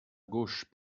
gauche